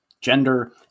gender